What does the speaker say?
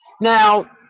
Now